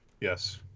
Yes